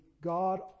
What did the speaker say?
God